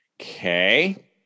okay